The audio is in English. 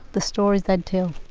the stories they'd tell.